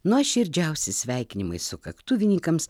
nuoširdžiausi sveikinimai sukaktuvininkams